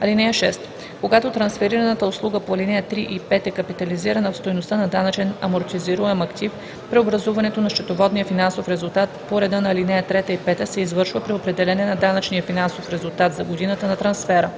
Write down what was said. величина. (6) Когато трансферираната услуга по ал. 3 и 5 е капитализирана в стойността на данъчен амортизируем актив, преобразуването на счетоводния финансов резултат по реда на ал. 3 и 5 се извършва при определяне на данъчния финансов резултат за годината на трансфера.